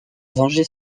venger